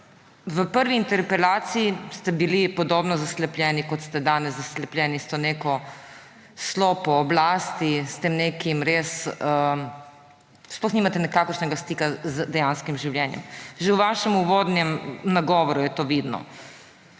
V prvi interpelaciji ste bili podobno zaslepljeni, kot ste danes zaslepljeni s to neko slo po oblasti, s tem, da sploh nimate nikakršnega stika z dejanskim življenjem. Že v vašem uvodnem nagovoru je to vidno.